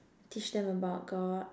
teach them about God